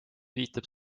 viitab